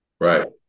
Right